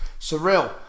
surreal